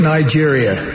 Nigeria